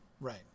Right